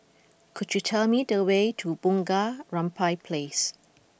could you tell me the way to Bunga Rampai Place